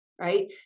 right